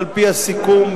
על-פי הסיכום,